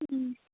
ও